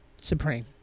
supreme